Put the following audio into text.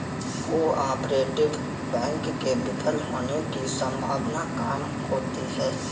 cooperative bank के विफल होने की सम्भावना काम होती है